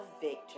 victory